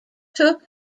took